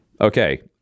Okay